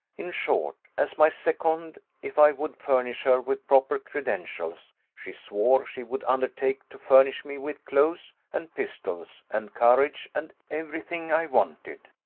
in short, as my second, if i would furnish her with proper credentials, she swore she would undertake to furnish me with clothes, and pistols, and courage, and every thing i wanted.